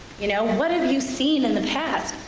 you know, what have you seen in the past.